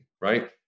right